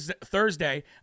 Thursday